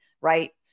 right